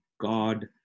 God